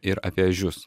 ir apie ežius